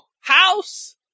house